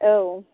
औ